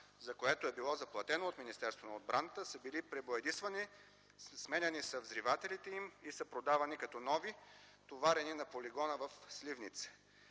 за което е било заплатено от Министерството на отбраната, са били пребоядисвани, сменяни са взривателите им и са продавани като нови, товарени на полигона в Сливница.